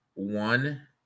One